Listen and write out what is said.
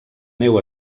neu